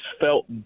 felt